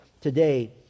today